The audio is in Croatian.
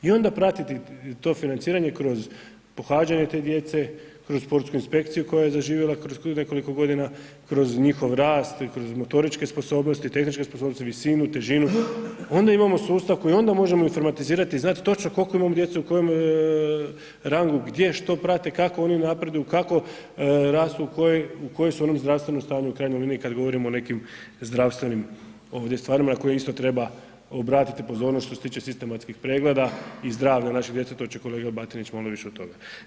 I onda pratiti to financiranje kroz pohađanje te djece, kroz sportsku inspekciju koja je doživjela kroz nekoliko godina, kroz njihov rast, kroz motoričke sposobnosti, tehničke sposobnosti, visinu, težinu, onda imamo sustav koji onda možemo informatizirati i zanat točno koliko imamo djece u kojem rangu, gdje, što prate, kako oni napreduju, kako rastu u kojem su oni zdravstvenom stanju u krajnjoj liniji kad govorimo o nekim zdravstvenim ovdje stvarima na koje isto treba obratiti pozornost što se tiče sistematskih pregleda i zdravlja naše djece to će kolega Batinić malo više od toga.